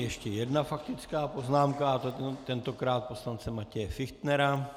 Ještě jedna faktická poznámka, tentokrát poslance Matěje Fichtnera.